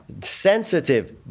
sensitive